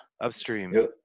Upstream